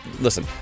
listen